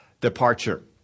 departure